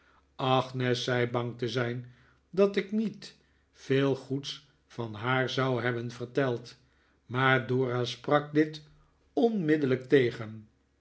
agnes zei bang te zijn dat ik niet veel goeds van haar zou hebben verteld maar dora sprak dit onmiddellijk tegen